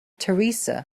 teresa